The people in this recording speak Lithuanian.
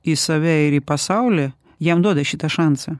į save ir į pasaulį jam duoda šitą šansą